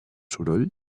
soroll